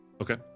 Okay